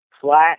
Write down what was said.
flat